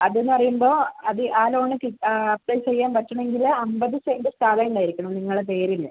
അതെന്ന് പറയുമ്പോൾ അതിൽ ആ ലോൺ കിട്ടാൻ അപ്ലൈ ചെയ്യാൻ പറ്റുമെങ്കിൽ അമ്പത് സെന്റ് സ്ഥലം ഉണ്ടായിരിക്കണം നിങ്ങളുടെ പേരിൽ